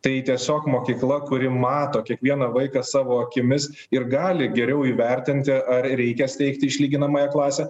tai tiesiog mokykla kuri mato kiekvieną vaiką savo akimis ir gali geriau įvertinti ar reikia steigti išlyginamąją klasę